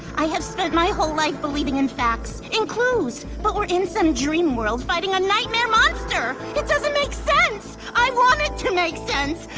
i have spent my whole life like believing in facts, in clues but we're in some dream world fighting a nightmare monster. it doesn't make sense! i want it to make sense.